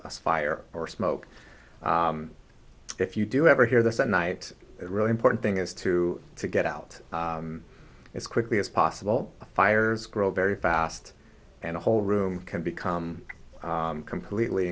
a fire or smoke if you do ever hear this at night really important thing is to to get out as quickly as possible fires grow very fast and a whole room can become completely